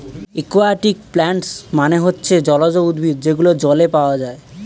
একুয়াটিকে প্লান্টস মানে হচ্ছে জলজ উদ্ভিদ যেগুলো জলে পাওয়া যায়